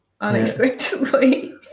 unexpectedly